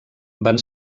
van